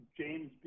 james